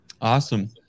Awesome